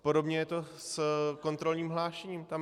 Podobně je to s kontrolním hlášením.